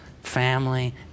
family